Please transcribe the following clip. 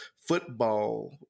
football